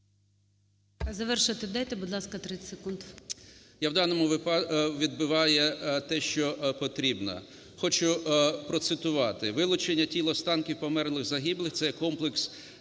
Завершити дайте, будь ласка, 30 секунд.